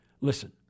listen